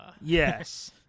Yes